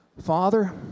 Father